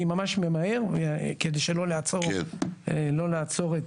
אני ממש מהר, כדי שלא לעצור את